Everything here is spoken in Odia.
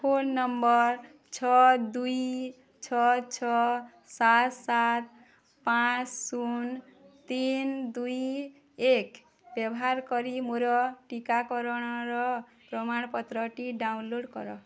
ଫୋନ୍ ନମ୍ବର୍ ଛଅ ଦୁଇ ଛଅ ଛଅ ସାତ ସାତ ପାଞ୍ଚ ଶୂନ ତିନି ଦୁଇ ଏକ ବ୍ୟବହାର କରି ମୋର ଟିକାକରଣର ପ୍ରମାଣପତ୍ରଟି ଡାଉନଲୋଡ଼୍ କର